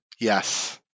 yes